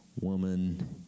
woman